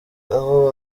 aho